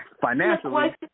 financially